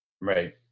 Right